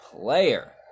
player